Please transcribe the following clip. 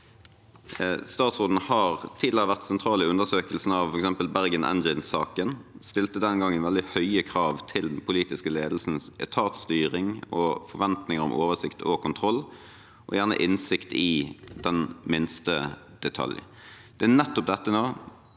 Statsråden har tidligere vært sentral i undersøkelsen av f.eks. Bergen Engines-saken, og stilte den gangen veldig høye krav til den politiske ledelsens etatsstyring og forventning om oversikt, kontroll og innsikt, gjerne i den minste detalj. Det er nettopp dette som